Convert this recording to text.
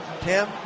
Tim